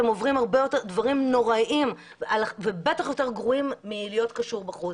אבל הם עוברים דברים הרבה יותר נוראים ובטח גרועים יותר מקשירה בחוץ.